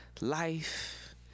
life